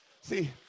See